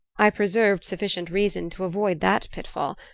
i preserved sufficient reason to avoid that pitfall,